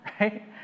right